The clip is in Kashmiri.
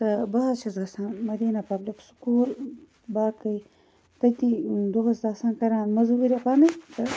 تہٕ بہٕ حظ چھَس گَژھان مدیٖنہ پَبلِک سُکوٗل باقی تٔتی دۄہَس آسان کَران مٔزوٗریا پَنن تہٕ